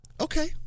Okay